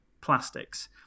plastics